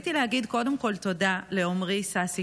רציתי להקדיש דקה למיצג המופלא שביקרתי בו אתמול באקספו בתל אביב,